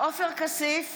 עופר כסיף